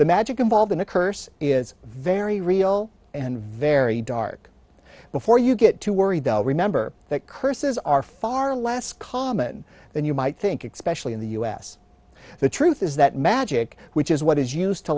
the magic involved in a curse is very real and very dark before you get too worried though remember that curses are far less common than you might think expression in the us the truth is that magic which is what is used to